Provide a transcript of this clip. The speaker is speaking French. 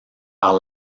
par